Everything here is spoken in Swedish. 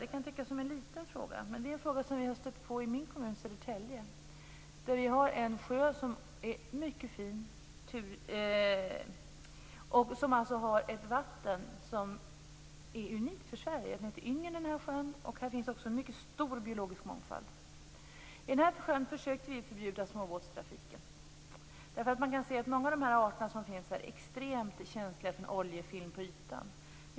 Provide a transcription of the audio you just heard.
Det kan tyckas vara en liten fråga, men det är en fråga som vi har stött på i min kommun, Södertälje. Där har vi en sjö som är mycket fin och som har ett vatten som är unikt för Sverige. Sjön heter Yngern, och här finns det en stor biologisk mångfald. Vi försökte förbjuda småbåtstrafiken i den här sjön. Man kan se att många av de arter som finns här är extremt känsliga för oljefilm på ytan.